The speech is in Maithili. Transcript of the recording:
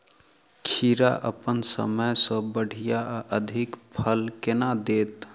खीरा अप्पन समय सँ बढ़िया आ अधिक फल केना देत?